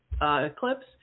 eclipse